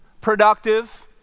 productive